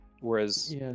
Whereas